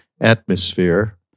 atmosphere